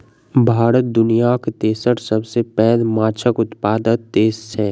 भारत दुनियाक तेसर सबसे पैघ माछक उत्पादक देस छै